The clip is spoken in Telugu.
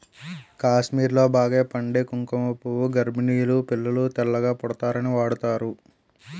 కాశ్మీర్లో బాగా పండే కుంకుమ పువ్వు గర్భిణీలు పిల్లలు తెల్లగా పుడతారని వాడుతారు